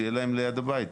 שיהיה להם ליד הבית.